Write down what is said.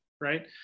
Right